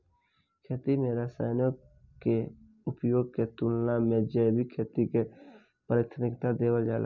खेती में रसायनों के उपयोग के तुलना में जैविक खेती के प्राथमिकता देवल जाला